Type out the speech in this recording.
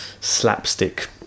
slapstick